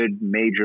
major